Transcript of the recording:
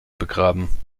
begraben